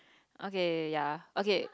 okay ya okay